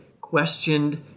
questioned